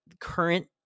current